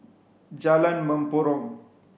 Jalan Mempurong